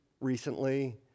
recently